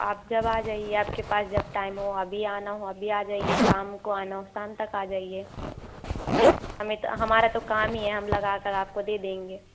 आप जब आ जाइए आप के पास जब टाइम हो अभी आना हो अभी आ जाइए शाम को आना है शाम तक आ जाइए हमें तो हमारा तो काम ही है हम लगा कर आप को दे देंगे